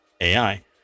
AI